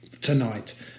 tonight